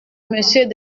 monsieur